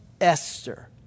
Esther